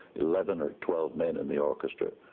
eleven or twelve men in the orchestra.